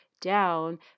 down